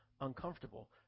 uncomfortable